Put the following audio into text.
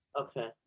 Okay